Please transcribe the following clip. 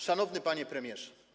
Szanowny Panie Premierze!